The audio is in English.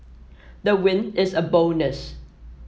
the win is a bonus